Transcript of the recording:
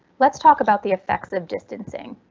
let's talk about the effects of distancing.